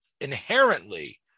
inherently